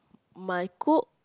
my cook